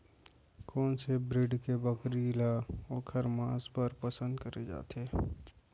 कोन से ब्रीड के बकरी ला ओखर माँस बर पसंद करे जाथे?